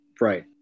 Right